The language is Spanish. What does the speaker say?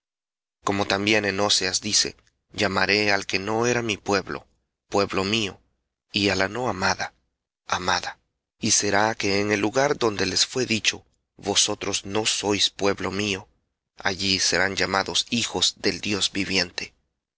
como también en oseas dice llamaré al que no era mi pueblo pueblo mío y á la no amada amada y será que en el lugar donde les fué dicho vosotros no sois pueblo mío allí serán llamados hijos del dios viviente